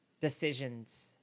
decisions